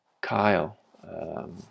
Kyle